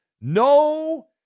No